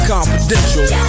Confidential